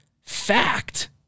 fact